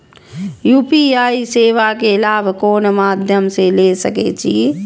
UPI सेवा के लाभ कोन मध्यम से ले सके छी?